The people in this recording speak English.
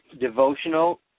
devotional